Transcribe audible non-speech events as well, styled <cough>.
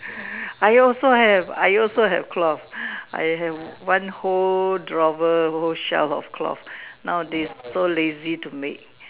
<breath> I also have I also have cloth I have one whole drawer whole shelf of cloth nowadays so lazy to make